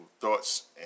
thoughts